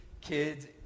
kids